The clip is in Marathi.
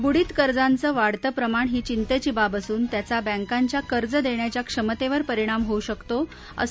वुडीत कर्जाचं वाढतं प्रमाण ही चिंतेची बाब असून त्याचा बँकाच्या कर्ज देण्याच्या क्षमतेवर परिणाम होऊ शकतो असं